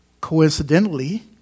coincidentally